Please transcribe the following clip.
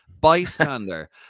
bystander